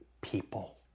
people